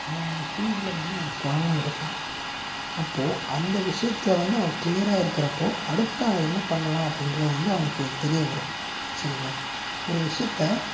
அவன் அந்த ஃபீல்டில் வந்து அவன் ஸ்ட்ராங்காக இருப்பான் அப்போது அந்த விஷயத்தில் வந்து அவன் க்ளீயராக இருக்கிறப்போ அடுத்து அவன் என்ன பண்ணலாம் அப்படின்றது வந்து அவுனுக்கு தெரிய வரும் சரிங்களா ஒரு விஷயத்தை